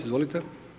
Izvolite.